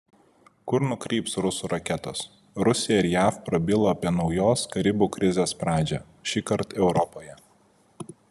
kur nukryps rusų raketos rusija ir jav prabilo apie naujos karibų krizės pradžią šįkart europoje